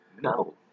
No